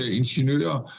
ingeniører